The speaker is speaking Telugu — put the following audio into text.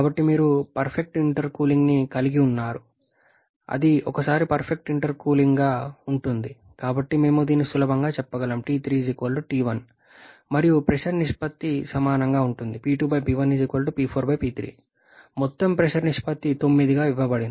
కాబట్టి మీరు పర్ఫెక్ట్ ఇంటర్కూలింగ్ని కలిగి ఉన్నారు అది ఒకసారి పర్ఫెక్ట్ ఇంటర్కూలింగ్గా ఉంటుంది కాబట్టి మేము దీన్ని సులభంగా చెప్పగలం మరియు ప్రెషర్ నిష్పత్తి సమానంగా ఉంటుంది మొత్తం ప్రెషర్ నిష్పత్తి 9గా ఇవ్వబడింది